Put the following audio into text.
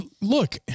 look